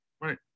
Right